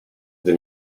gdy